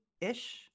ish